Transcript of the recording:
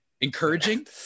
encouraging